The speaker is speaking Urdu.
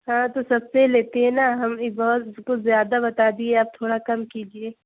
ہاں تو سب سے لیتی ہیں نا ہاں ہم اس بار کچھ زیادہ بتا دیے آپ تھوڑا کچھ کم کیجیے